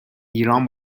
ایران